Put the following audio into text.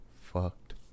fucked